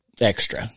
extra